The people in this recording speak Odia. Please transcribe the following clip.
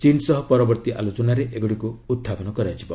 ଚୀନ ସହ ପରବର୍ତ୍ତୀ ଆଲୋଚନାରେ ଏଗୁଡ଼ିକୁ ଉତ୍ଥାପନ କରାଯିବ